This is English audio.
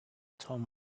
tom